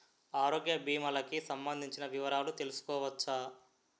ఆరోగ్య భీమాలకి సంబందించిన వివరాలు తెలుసుకోవచ్చా?